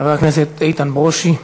חבר הכנסת איתן ברושי.